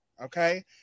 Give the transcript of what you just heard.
okay